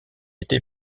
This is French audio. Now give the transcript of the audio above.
été